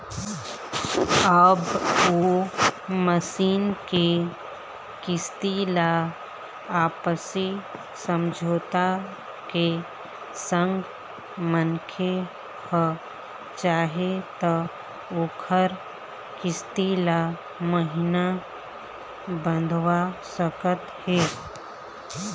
अब ओ मसीन के किस्ती ल आपसी समझौता के संग मनखे ह चाहे त ओखर किस्ती ल महिना बंधवा सकत हे